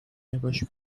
نگاش